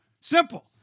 Simple